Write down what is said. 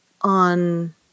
on